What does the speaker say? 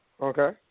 Okay